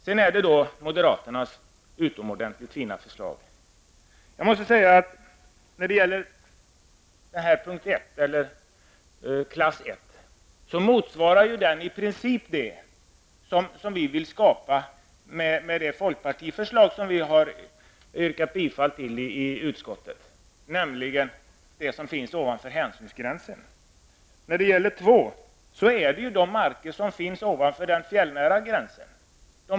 Sedan går jag över till moderaternas utomordentligt fina förslag. Klass 1 omfattar ju i princip det som vi vill skapa genom det förslag från folkpartiet som vi yrkat bifall till, nämligen den mark som finns ovanför hänsynsgränsen. Klass 2 omfattar de marker som finns ovanför den fjällnära gränsen.